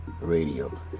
Radio